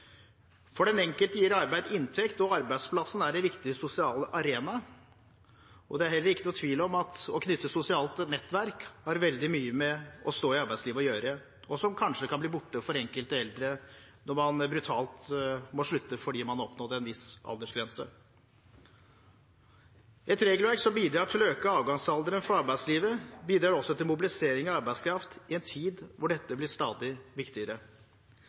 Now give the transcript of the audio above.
For den enkelte gir arbeid inntekt, og arbeidsplassen er en viktig sosial arena. Det er heller ikke noen tvil om at å knytte sosialt nettverk har veldig mye med å stå i arbeidslivet å gjøre – noe som kanskje kan bli borte for enkelte eldre når man brutalt må slutte fordi man har nådd en viss aldersgrense. Et regelverk som bidrar til å øke avgangsalderen fra arbeidslivet, bidrar også til mobilisering av arbeidskraft i en tid hvor dette blir stadig viktigere.